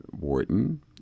Wharton